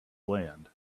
land